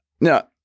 Now